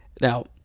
Now